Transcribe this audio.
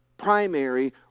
primary